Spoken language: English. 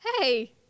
Hey